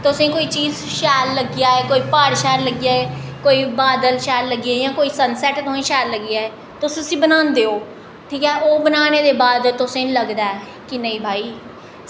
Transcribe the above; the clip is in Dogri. तुसें गी कोई चीज़ शैल लग्गी जाऽ कोई प्हाड़ शैल लग्गी जाऽ कोई बादल शैल लग्गी जाऽ जां सनसैट शैल लग्गी जाऽ तुस उस्सी बनांदे ओ ठीक ऐ ओह् बनाने दे बाद तुसेंगी लगदा ऐ कि नेईं भाई